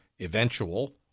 eventual